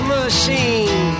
machine